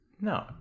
No